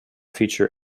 feature